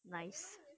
nice